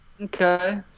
Okay